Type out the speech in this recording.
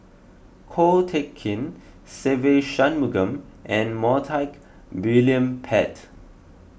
Ko Teck Kin Se Ve Shanmugam and Montague William Pett